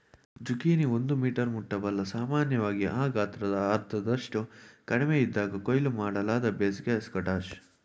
zucchini ಒಂದು metre ಮುಟ್ಟಬಲ್ಲ ಸಾಮಾನ್ಯವಾಗಿ ಆ ಗಾತ್ರದ ಅರ್ಧದಷ್ಟು ಕಡಿಮೆಯಿದ್ದಾಗ ಕೊಯ್ಲು ಮಾಡಲಾದ ಬೇಸಿಗೆ ಸ್ಕ್ವಾಷ್